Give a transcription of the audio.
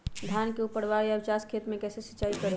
धान के ऊपरवार या उचास खेत मे कैसे सिंचाई करें?